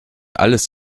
alles